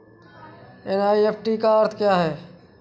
NEFT का अर्थ क्या है?